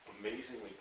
amazingly